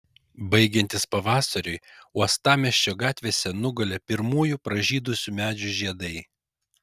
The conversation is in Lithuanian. baigiantis pavasariui uostamiesčio gatvėse nugulė pirmųjų pražydusių medžių žiedai